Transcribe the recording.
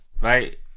right